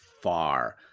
far